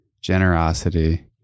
generosity